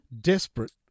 desperate